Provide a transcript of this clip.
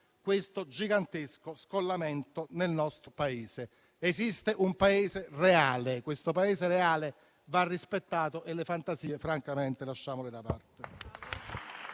questo gigantesco scollamento nel nostro Paese. Esiste un Paese reale; questo Paese reale va rispettato e le fantasie francamente lasciamole da parte.